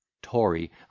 Tory